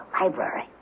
library